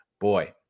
boy